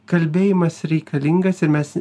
kalbėjimas reikalingas ir mes